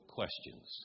questions